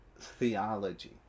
theology